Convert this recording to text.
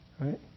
right